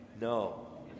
No